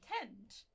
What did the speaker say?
intend